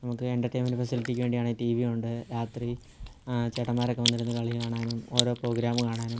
നമുക്ക് എന്റർടൈൻമെന്റ് ഫെസിലിറ്റിക്ക് വേണ്ടിയാണേ ടി വിയുണ്ട് രാത്രി ചേട്ടന്മാരൊക്കെ വന്നിരുന്ന് കളി കാണാനും ഓരോ പ്രോഗ്രാമ് കാണാനും